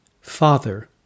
Father